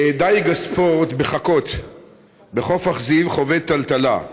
דיג הספורט בחכות בחוף אכזיב חווה טלטלה.